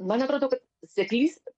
man atrodo kad seklys